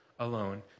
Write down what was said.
alone